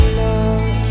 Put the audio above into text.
love